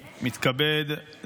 נעבור לסעיף הבא